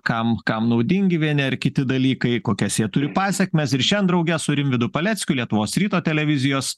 kam kam naudingi vieni ar kiti dalykai kokias jie turi pasekmes ir šian drauge su rimvydu paleckiu lietuvos ryto televizijos